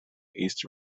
east